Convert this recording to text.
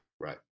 Right